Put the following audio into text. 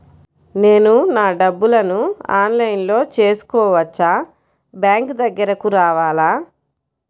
నేను నా డబ్బులను ఆన్లైన్లో చేసుకోవచ్చా? బ్యాంక్ దగ్గరకు రావాలా?